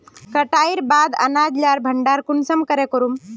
कटाईर बाद अनाज लार भण्डार कुंसम करे करूम?